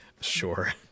sure